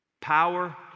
power